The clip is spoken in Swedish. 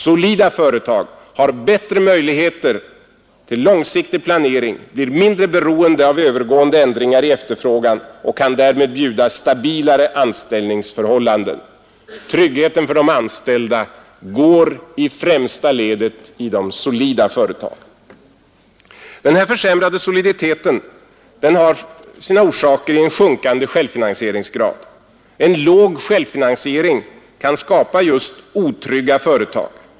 Solida företag har bättre möjligheter till långsiktig planering, blir mindre beroende av övergående förändringar i efterfrågan etc. och kan därmed erbjuda stabilare anställningsförhållanden.” Tryggheten för de anställda har sin främsta försvarslinje i de solida företagen. Den försämrade soliditeten har sina orsaker i en sjunkande självfinansieringsgrad. En låg självfinansiering kan skapa otrygga företag.